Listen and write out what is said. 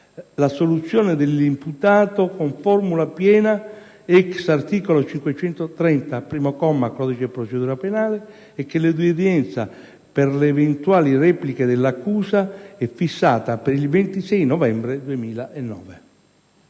l'assoluzione dell'imputato con formula piena *ex* articolo 530, primo comma, del codice di procedura penale e che l'udienza per le eventuali repliche dell'accusa è fissata per il 26 novembre 2009.